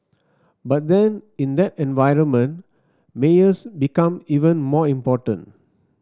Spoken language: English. but then in that environment mayors become even more important